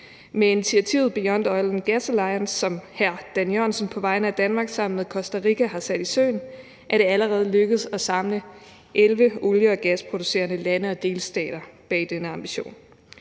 Med initiativet Beyond Oil & Gas Alliance, som hr. Dan Jørgensen på vegne af Danmark sammen med Costa Rica har sat i søen, er det allerede lykkedes at samle 11 olie- og gasproducerende lande og delstater bag denne ambition.